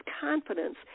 confidence